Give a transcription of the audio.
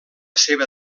seva